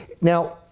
Now